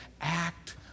act